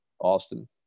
Austin